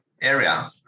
area